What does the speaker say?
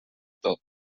tot